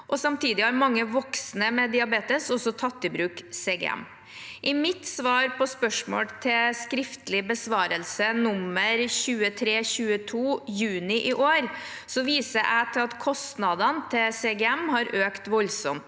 1. Samtidig har mange voksne med diabetes også tatt i bruk CGM. I mitt svar på spørsmål til skriftlig besvarelse nr. 2322, i juni i år, viser jeg til at kostnadene til CGM har økt voldsomt